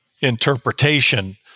interpretation